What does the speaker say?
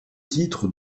titres